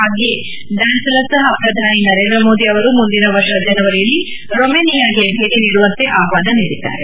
ಹಾಗೆಯೇ ಡ್ಯಾನ್ಸಿಲಾ ಸಹ ಪ್ರಧಾನಿ ನರೇಂದ್ರ ಮೋದಿ ಅವರು ಮುಂದಿನ ವರ್ಷ ಜನವರಿಯಲ್ಲಿ ರೊಮೇನಿಯಾಗೆ ಭೇಟಿ ನೀಡುವಂತೆ ಆಹ್ವಾನ ನೀಡಿದ್ದಾರೆ